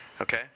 Okay